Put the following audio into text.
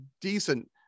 decent